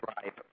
drive